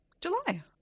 July